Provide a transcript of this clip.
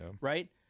right